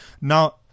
Now